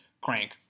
crank